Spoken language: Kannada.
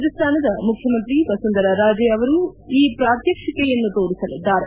ರಾಜಸ್ತಾನದ ಮುಖ್ಯಮಂತ್ರಿ ಮಸುಂಧರಾ ರಾಜೇ ಅವರು ಈ ಪ್ರಾತ್ಶಕ್ಷಿಕೆಯನ್ನು ತೋರಿಸಲಿದ್ದಾರೆ